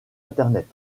internet